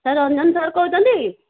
sir Ranjan sir କହୁଛନ୍ତି